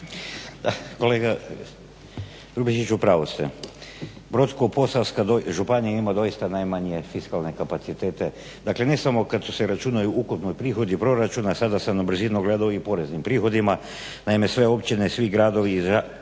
kolega Grubišiću u pravu ste. Brodsko-posavska županija ima doista najmanje fiskalne kapacitete, dakle ne samo kad su se računaju ukupni prihodi proračuna, sada sam na brzinu gledao i poreznim prihodima. Naime, sve općine, svi gradovi i